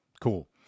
Cool